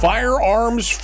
Firearms